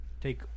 Take